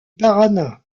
paraná